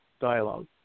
dialogue